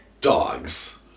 dogs